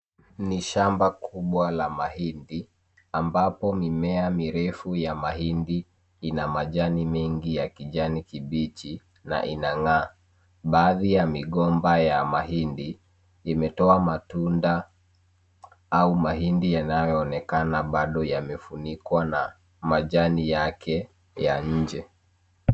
Ni shamba kubwa la mahindi ambapo mimea mirefu ya mahindi ina majani mengi ya kijani kibichi na inang'aa. Baadhi ya migomba ya mahindi imetoa matunda au mahindi yanayoonekana bado yamefunikwa na majani yake ya nje.